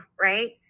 right